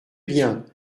bien